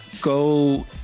go